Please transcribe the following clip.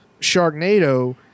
Sharknado